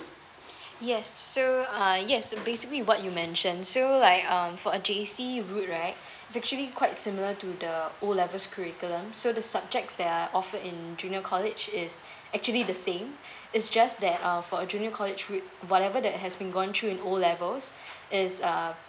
yes so uh yes basically what you mention so like um for uh J_C route right is actually quite similar to the O levels curriculum so the subjects that are offered in junior college is actually the same it's just that uh for a junior college with whatever that has been gone through in O levels it's uh